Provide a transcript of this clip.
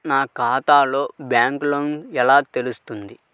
నా ఖాతాలో బ్యాలెన్స్ ఎలా తెలుస్తుంది?